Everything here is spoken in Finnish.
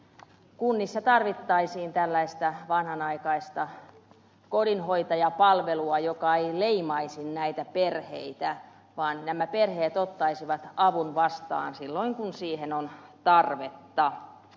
kunnissa tarvittaisiin tällaista vanhanaikaista kodinhoitajapalvelua joka ei leimaisi näitä perheitä vaan nämä perheet ottaisivat avun vastaan silloin kun siihen on tarvetta